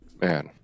man